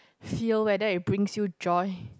feel whether it brings you joy